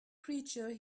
creature